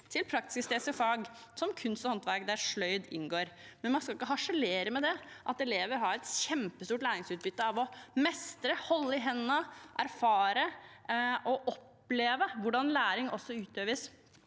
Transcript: til praktisk-estetiske fag, som kunst og håndverk, der sløyd inngår. Man skal ikke harselere med at elever har et kjempestort læringsutbytte av å mestre, holde i hendene, erfare og oppleve hvordan læring også utøves